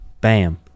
bam